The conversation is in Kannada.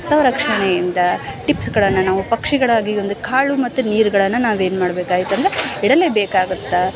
ಸಂರಕ್ಷಣೆಯಿಂದ ಟಿಪ್ಸ್ಗಳನ್ನು ನಾವು ಪಕ್ಷಿಗಳಾಗಿ ಒಂದು ಖಾಳು ಮತ್ತು ನೀರುಗಳನ್ನು ನಾವೇನು ಮಾಡ್ಬೇಕಾಯ್ತಂದ್ರೆ ಇಡಲೇಬೇಕಾಗುತ್ತೆ